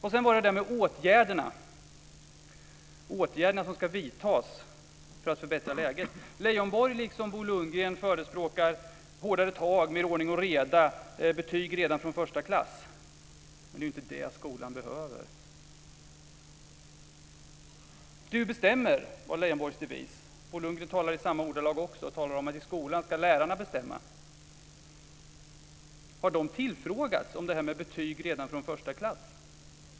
Sedan har vi det där med vilka åtgärder som ska vidtas för att förbättra läget. Leijonborg förespråkar liksom Bo Lundgren hårdare tag, mer ordning och reda och betyg redan från första klass. Men det är inte det som skolan behöver. Du bestämmer, var Leijonborgs devis. Bo Lundgren talar i samma ordalag. I skolan ska lärarna bestämma, säger man. Har de tillfrågats om det här med betyg redan från första klass?